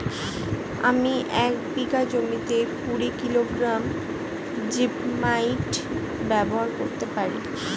আমি এক বিঘা জমিতে কুড়ি কিলোগ্রাম জিপমাইট ব্যবহার করতে পারি?